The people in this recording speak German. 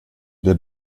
der